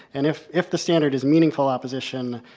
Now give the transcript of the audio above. and if if the standard is meaningful opposition,